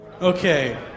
Okay